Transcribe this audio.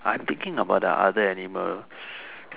I'm thinking about the other animal